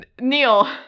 Neil